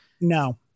No